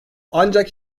ancak